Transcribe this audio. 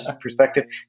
perspective